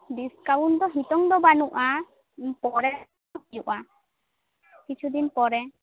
discount ᱫᱚ ᱱᱤᱛᱚᱝ ᱫᱚ ᱵᱟᱹᱱᱩᱜᱼᱟ ᱯᱚᱨᱮ ᱦᱩᱭᱩᱜᱼᱟ ᱠᱤᱪᱷᱩᱫᱤᱱ ᱯᱚᱨᱮ